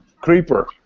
Creeper